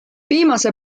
viimase